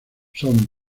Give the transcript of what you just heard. son